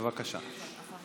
בבקשה.